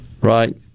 Right